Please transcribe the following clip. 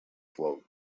float